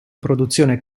produzione